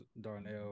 Darnell